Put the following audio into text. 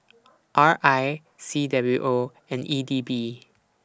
R I C W O and E D B